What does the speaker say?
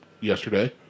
yesterday